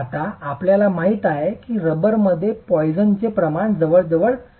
आता आपल्याला माहित आहे की रबरमध्ये पोयसनचे प्रमाण जवळपास 0